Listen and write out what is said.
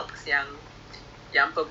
nak tengok stocks halal ke tak